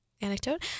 anecdote